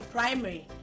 Primary